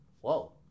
Whoa